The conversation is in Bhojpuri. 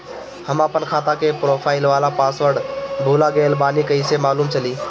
हम आपन खाता के प्रोफाइल वाला पासवर्ड भुला गेल बानी कइसे मालूम चली?